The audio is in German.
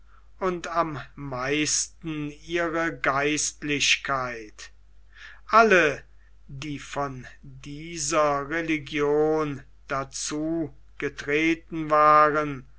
und am meisten ihre geistlichkeit alle die von dieser religion dazu getreten waren